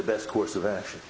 the best course of action